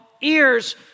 ears